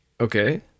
okay